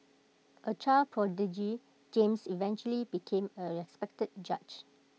A child prodigy James eventually became A respected judge